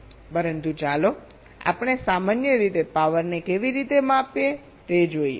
પરંતુ ચાલો આપણે સામાન્ય રીતે પાવરને કેવી રીતે માપીએ તે જોઈએ